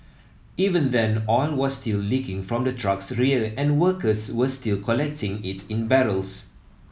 even then oil was still leaking from the truck's rear and workers were still collecting it in barrels